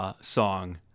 song